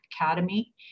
Academy